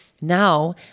Now